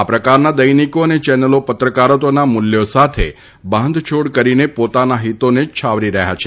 આ પ્રકારના દૈનિકો અને ચેનલો પત્રકારત્વના મૂલ્યો સાથે બાંધછોડ કરીને પોતાના હિતોને જ છાવરી રહ્યા છે